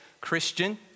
Christian